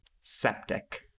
septic